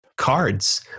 cards